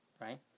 right